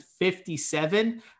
57